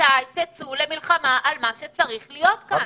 מתי תצאו למלחמה על מה שצריך להיות כאן?